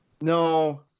No